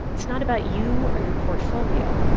it's not about you or your portfolio,